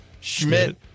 Schmidt